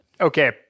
okay